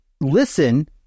listen